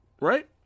right